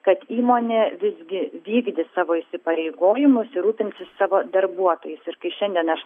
kad įmonė visgi vykdys savo įsipareigojimus ir rūpintis savo darbuotojais ir kai šiandien aš